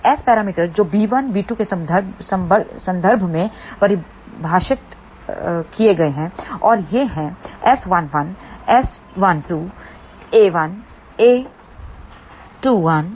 तो S parameter जो b1 b2 के संदर्भ में परिभाषित किए गए है और ये हैंS11S12a1a2S21a1S22a2